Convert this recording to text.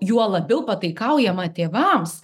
juo labiau pataikaujama tėvams